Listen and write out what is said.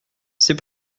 c’est